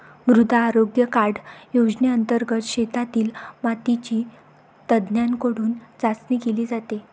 मृदा आरोग्य कार्ड योजनेंतर्गत शेतातील मातीची तज्ज्ञांकडून चाचणी केली जाते